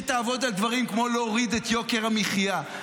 שתעבוד על דברים כמו להוריד את יוקר המחיה,